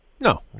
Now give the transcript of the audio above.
No